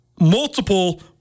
multiple